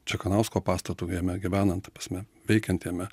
čekanausko pastatu jame gyvenant ta prasme veikiant jame